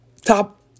top